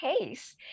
case